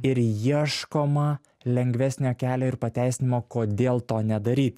ir ieškoma lengvesnio kelio ir pateisinimo kodėl to nedaryti